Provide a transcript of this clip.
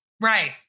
Right